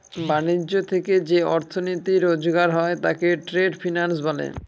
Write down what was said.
ব্যাণিজ্য থেকে যে অর্থনীতি রোজগার হয় তাকে ট্রেড ফিন্যান্স বলে